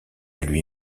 lui